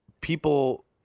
people